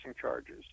charges